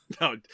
No